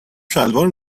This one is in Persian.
شلوار